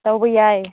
ꯇꯧꯕ ꯌꯥꯏ